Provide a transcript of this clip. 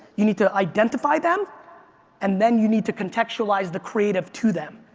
you need to identify them and then you need to contextualize the creative to them.